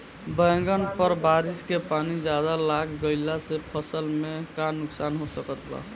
बैंगन पर बारिश के पानी ज्यादा लग गईला से फसल में का नुकसान हो सकत बा?